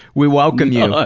we welcome you.